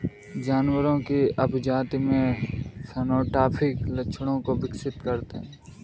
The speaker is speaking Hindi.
जानवरों की अभिजाती में फेनोटाइपिक लक्षणों को विकसित करते हैं